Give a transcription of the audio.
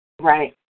Right